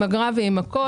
עם אגרה ועם הכל.